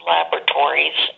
Laboratories